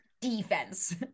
defense